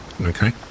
okay